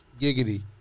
giggity